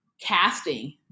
casting